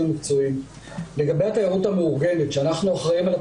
המקצועיים לגבי התיירות המאורגנת עליה אנחנו אחראים,